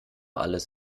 alles